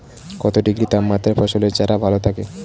কত ডিগ্রি তাপমাত্রায় ফসলের চারা ভালো থাকে?